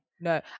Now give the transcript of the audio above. no